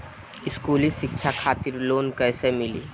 स्कूली शिक्षा खातिर लोन कैसे मिली?